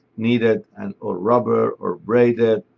needed, and or rubber, or braided.